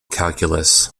calculus